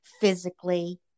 physically